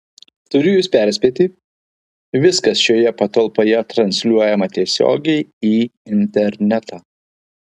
turiu jus perspėti viskas šioje patalpoje transliuojama tiesiogiai į internetą